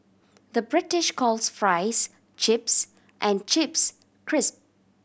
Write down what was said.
the British calls fries chips and chips cris